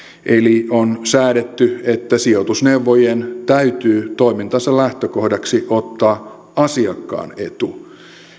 on säädetty että sijoitusneuvojien täytyy toimintansa lähtökohdaksi ottaa asiakkaan etu